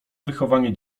wychowanie